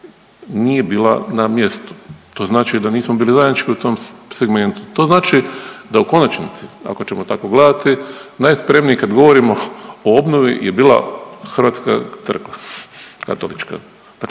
nije bila na mjestu. To znači da nismo bili zajednički u tom segmentu. To znači da u konačnici ako ćemo tako gledati najspremniji kad govorimo o obnovi je bila hrvatska crkva katolička.